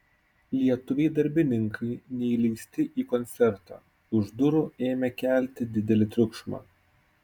lietuviai darbininkai neįleisti į koncertą už durų ėmė kelti didelį triukšmą